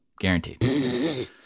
Guaranteed